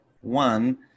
One